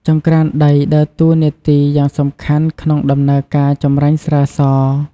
ចង្រ្កានដីដើរតួនាទីយ៉ាងសំខាន់ក្នុងដំណើរការចម្រាញ់ស្រាស។